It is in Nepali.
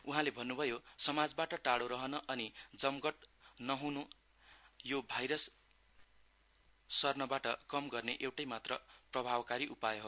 उहाँले भन्नुभयो समाजबाट टाडो रहन् अनि जमघट नह्नु यो भाइरस सर्नबाट कम गर्ने एउटैमात्र प्रभावकारी उपाय हो